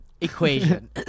Equation